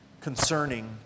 concerning